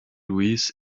luis